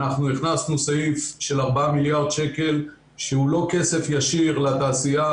אנחנו הכנסנו סעיף של 4 מיליארד שקלים שהוא לא כסף ישיר לתעשייה,